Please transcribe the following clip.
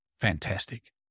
fantastic